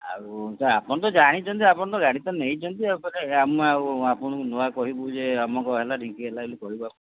ଆଉ ତ ଆପଣ ତ ଜାଣିଛନ୍ତି ଆପଣ ତ ଗାଡ଼ି ତ ନେଇଛନ୍ତି ଫେରେ ଆମେ ଆଉ ଆପଣଙ୍କୁ ନୂଆ କହିବୁ ଯେ ଅମକ ହେଲା ଢିଙ୍କି ହେଲା ବୋଲି କହିବୁ ଆଉ